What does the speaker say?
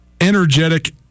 energetic